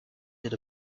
did